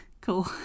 Cool